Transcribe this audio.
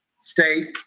state